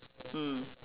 mm